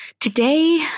today